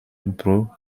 brew